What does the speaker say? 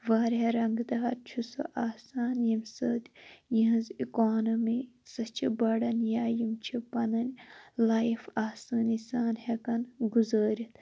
واریاہ رَنٛگہٕ دار چھُ سُہ آسان ییٚمہِ سٍتۍ یہٕنٛز اِکانمی سۅ چھِ بڈن یا یِم چھِ پَنٕنۍ لایِف اَتھ آسٲنی سان ہیٚکان گُزارِتھ